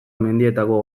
mendietako